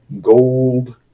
gold